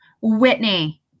Whitney